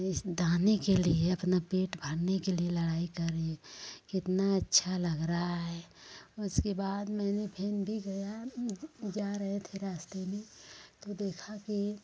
इस दाने के लिए अपना पेट भरने के लिए लड़ाई कर रही कितना अच्छा लग रहा है उसके बाद मैंने फिर भी गया जा रहे थे रास्ते में तो देखा कि